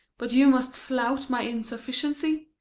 but you must flout my insufficiency?